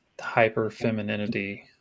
hyper-femininity